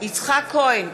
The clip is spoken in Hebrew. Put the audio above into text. יצחק כהן,